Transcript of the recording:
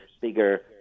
bigger